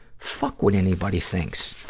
fuck what anybody thinks.